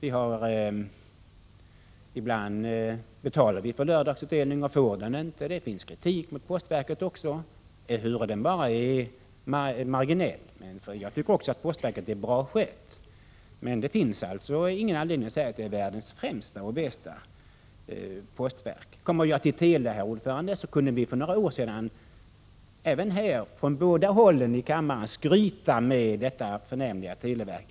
Ibland betalar man för lördagsutdelning men får den inte. Det finns kritik mot postverket också, ehuru den är marginell. Också jag tycker att postverket är bra skött, men det finns ingen anledning att säga att det är världens bästa postverk. För att så komma in på teleområdet, herr ordförande, kunde vi för några år sedan från båda håll här i kammaren skryta med vårt förnämliga televerk.